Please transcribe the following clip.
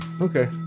Okay